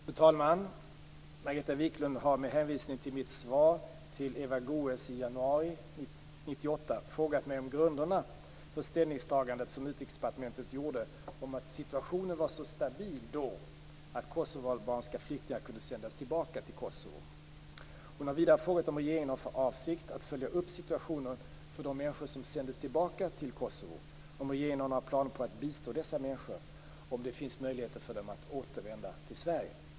Fru talman! Margareta Viklund har med hänvisning till mitt svar till Eva Goës i januari 1998 frågat mig om grunderna för det ställningstagande Utrikesdepartementet gjorde om att situationen då var så stabil att kosovoalbanska flyktingar kunde sändas tillbaka till Kosovo. Hon har vidare frågat om regeringen har för avsikt att följa upp situationen för de människor som sändes tillbaka till Kosovo, om regeringen har några planer på att bistå dessa människor och om det finns möjlighet för dem att få återvända till Sverige.